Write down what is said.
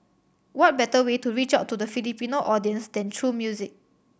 what better way to reach out to the Filipino audience than through music